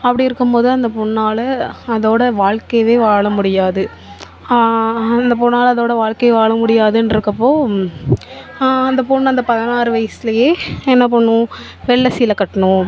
அப்படி இருக்கும்போது அந்த பொண்ணால் அதோட வாழ்க்கையவே வாழ முடியாது அந்த பொண்ணால் அதோட வாழ்க்கையை வாழ முடியாதுகிறக்கப்போ அந்த பொண்ணு அந்த பதினாறு வயதுலயே என்ன பண்ணணும் வெள்ளை சீலை கட்டணும்